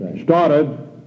started